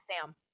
Sam